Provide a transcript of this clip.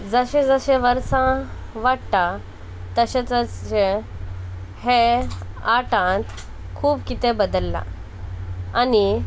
जशें जशें वर्सां वाडटा तशें तशें हें आटांत खूब कितें बदललां आनी